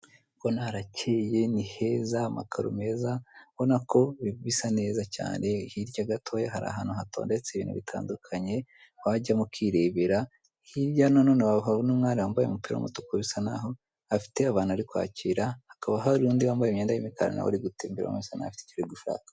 Urabona haracyeye ni heza amakaro meza; urabona ko ibintu bisa neza cyane. Hirya gatoya hari ahantu hatondetse ibintu bitandukanye wajyayo ukirebera, hirya nanone wahabona umwari wambaye umupira w'umutuku bisa nk'aho afite abantu ari kwakira ,hakaba hari undi wambaye imyenda y'imikara na we uri gutembera, na we bisa nk'aho afite icyo ari gushaka.